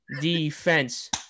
Defense